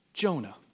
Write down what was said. Jonah